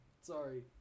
sorry